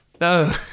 No